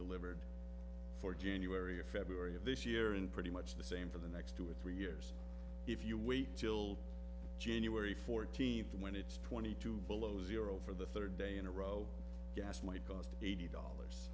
delivered for january or february of this year in pretty much the same for the next two or three years if you wait till january fourteenth when it's twenty two below zero for the third day in a row gas might cost eighty dollars